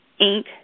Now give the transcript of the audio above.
Inc